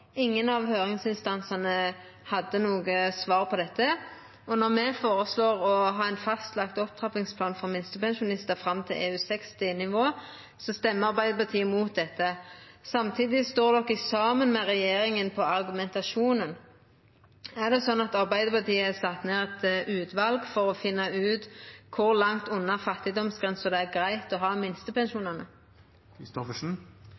Ingen av høyringsinstansane hadde noko svar på dette. Og når me føreslår å ha ein fast opptrappingsplan for minstepensjonistar fram til EU60-nivå, stemmer Arbeidarpartiet mot dette. Samtidig står dei saman med regjeringa i argumentasjonen. Er det sånn at Arbeidarpartiet har sett ned eit utval for å finna ut kor langt unna fattigdomsgrensa det er greitt å ha